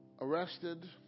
arrested